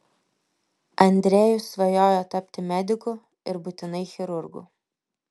andrejus svajojo tapti mediku ir būtinai chirurgu